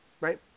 Right